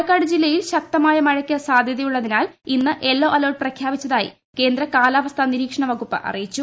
പാലക്കാട് ജില്ലിയിൽ ശക്തമായ മഴയ്ക്ക് സാധ്യതയുള്ളതിനാൽ ഇന്ന് ഒരുല്ലോ് അലെർട്ട് പ്രഖ്യാപിച്ചതായി കേന്ദ്ര കാലാവസ്ഥാ നിരീക്ഷ്ട്രൺ വകുപ്പ് അറിയിച്ചു